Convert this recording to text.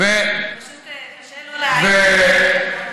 פשוט קשה שלא להעיר על עובדות,